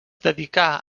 dedicà